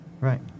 Right